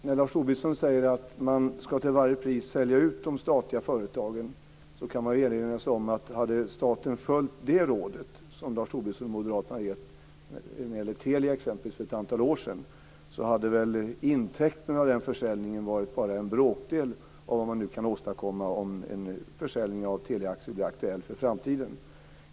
När Lars Tobisson säger att de statliga företagen till varje pris ska säljas ut kan man erinra sig att hade staten följt det råd som Lars Tobisson och Moderaterna gett exempelvis när det gäller Telia för ett antal år sedan skulle väl intäkterna av den försäljningen bara varit en bråkdel av vad som nu kan åstadkommas om en försäljning av teleaktier blir aktuell för framtiden.